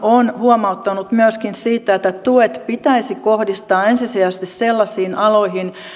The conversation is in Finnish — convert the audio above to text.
on huomauttanut myöskin siitä että tuet pitäisi kohdistaa ensisijaisesti sellaisiin aloihin